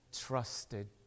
trusted